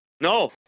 No